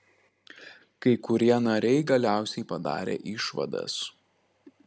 kai kurie nariai galiausiai padarė išvadas